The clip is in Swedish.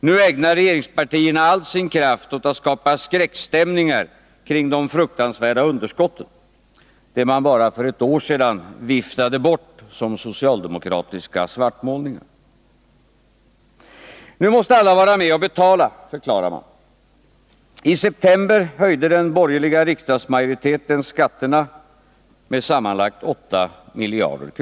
Nu ägnar regeringspartierna all sin kraft åt att skapa skräckstämningar kring de fruktansvärda underskotten, det man bara för ett år sedan viftade bort som socialdemokratiska svartmålningar. Nu måste alla vara med och betala, förklarar man. I september höjde den borgerliga riksdagsmajoriteten skatterna med sammanlagt 8 miljarder.